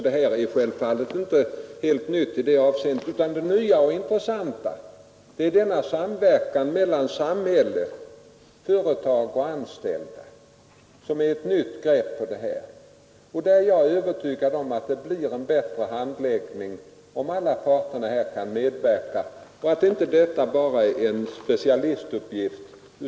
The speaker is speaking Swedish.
Detta var således inte något helt nytt. Det nya och intressanta greppet är den samverkan mellan samhälle, företag och anställda som nu kommit till stånd. Jag är övertygad om att det blir en bättre handläggning, om alla parter kan medverka. Personalproblem är inte bara en specialistuppgift.